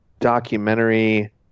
documentary